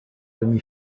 demi